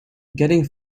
getting